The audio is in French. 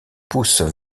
poussent